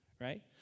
right